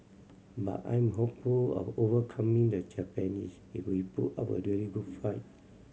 but I'm hopeful of overcoming the Japanese if we put up a really good fight